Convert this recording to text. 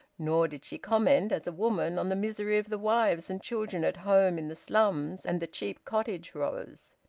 nor did she comment, as a woman, on the misery of the wives and children at home in the slums and the cheap cottage-rows.